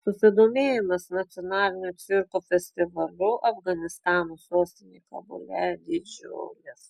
susidomėjimas nacionaliniu cirko festivaliu afganistano sostinėje kabule didžiulis